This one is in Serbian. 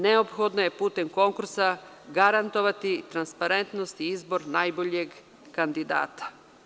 Neophodno je putem konkursa garantovati transparentnost i izbor najboljeg kandidata.